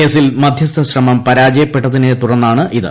കേസിൽ മധ്യസ്ഥ ശ്രമം പരാജയപ്പെട്ടതിനെ തുട്ടർന്നാണിത്